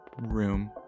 room